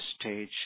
stage